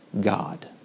God